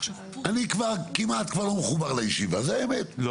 אני כבר כמעט כבר לא מחובר לישיבה זו האמת,